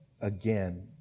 again